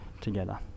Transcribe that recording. together